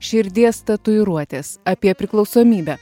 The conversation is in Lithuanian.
širdies tatuiruotės apie priklausomybę